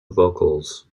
vocals